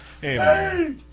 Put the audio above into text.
Hey